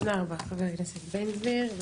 תודה רבה חבר הכנסת בן גביר.